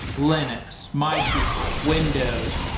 linux, mysql, windows,